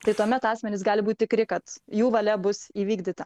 tai tuomet asmenys gali būti tikri kad jų valia bus įvykdyta